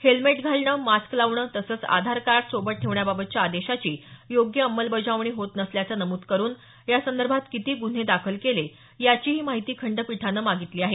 helmet घालणं mask लावणं तसंच आधार कार्ड सोबत ठेवण्याबाबतच्या आदेशाची योग्य अंमलबजावणी होत नसल्याचं नमूद करुन यासंदर्भात किती गुन्हे दाखल केले याचीही माहिती खंडपीठानं मागितली आहे